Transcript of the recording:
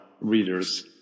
readers